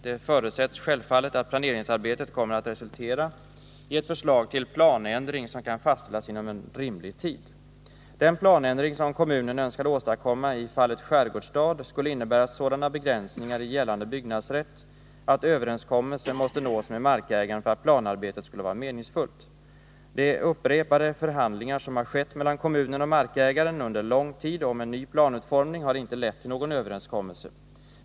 Det förutsätts självfallet att planeringsarbetet kommer att resultera i ett förslag till planändring som kan fastställas inom rimlig tid. Den planändring som kommunen önskade åstadkomma i fallet Skärgårdsstad skulle innebära sådana begränsningar i gällande byggnadsrätt att överenskommelse måste nås med markägaren för att planarbetet skulle vara meningsfullt. De upprepade förhandlingar som har skett mellan kommunen och markägaren under lång tid om en ny planutformning har inte lett till någon överenskommelse.